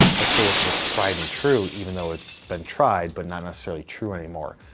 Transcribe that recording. let's go with what's tried and true. even though it's been tried, but not necessarily true anymore.